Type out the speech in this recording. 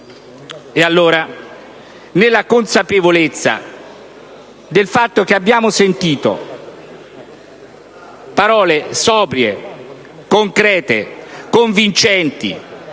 E allora, nella consapevolezza del fatto che abbiamo sentito parole sobrie, concrete e convincenti